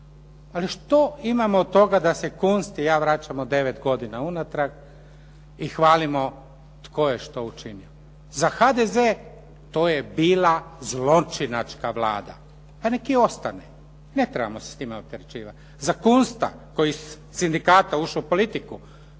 Ali što imam od toga da se Kunst i ja vračamo 9 godina unatrag i hvalimo što tko je što učinio. Za HDZ to je bila zločinačka Vlada, pa neka i ostane, ne trebamo se s time opterećivati. Za Kunsta koji je iz sindikata ušao u politiku,